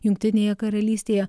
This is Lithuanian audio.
jungtinėje karalystėje